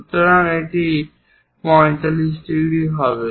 সুতরাং এটি 45 ডিগ্রি হবে